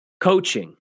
coaching